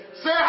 say